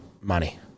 money